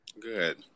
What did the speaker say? good